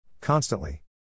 Constantly